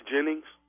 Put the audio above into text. Jennings